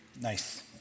Nice